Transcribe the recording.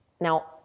Now